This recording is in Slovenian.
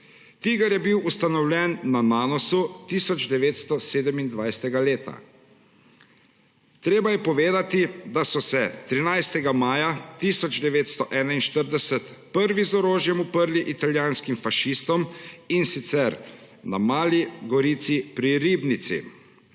TIGR je bil ustanovljen na Nanosu leta 1927. Treba je povedati, da so se 13. maja 1941 prvi z orožjem uprli italijanskim fašistom, in sicer na Mali gori pri Ribnici.